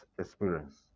experience